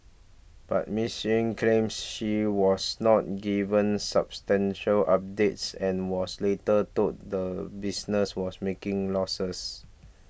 but Miss Yen claims she was not given substantial updates and was later told the business was making losses